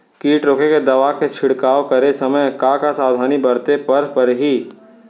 किट रोके के दवा के छिड़काव करे समय, का का सावधानी बरते बर परही?